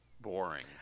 boring